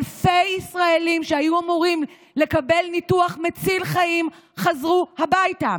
אלפי ישראלים שהיו אמורים לקבל ניתוח מציל חיים חזרו הביתה.